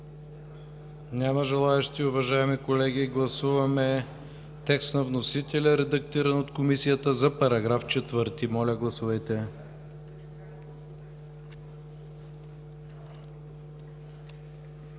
Няма желаещи, уважаеми колеги. Гласуваме текст на вносителя, редактиран от Комисията за § 4. Гласували